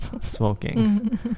smoking